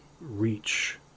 reach